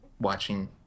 watching